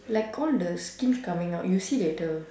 like all the skin coming out you see later